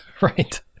Right